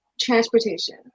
transportation